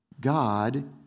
God